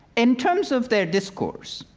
in terms of their discourse,